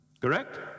Correct